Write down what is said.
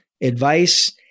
advice